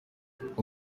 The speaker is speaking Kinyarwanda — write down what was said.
ngo